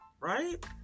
right